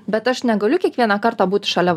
bet aš negaliu kiekvieną kartą būt šalia